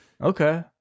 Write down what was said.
Okay